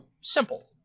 simple